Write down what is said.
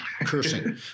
cursing